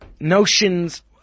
notions